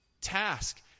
task